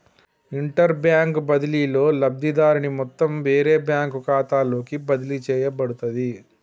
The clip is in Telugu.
ఇంటర్బ్యాంక్ బదిలీలో, లబ్ధిదారుని మొత్తం వేరే బ్యాంకు ఖాతాలోకి బదిలీ చేయబడుతది